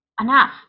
Enough